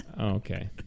Okay